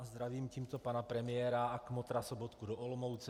Zdravím tímto pana premiéra a kmotra Sobotku do Olomouce.